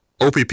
OPP